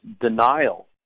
denial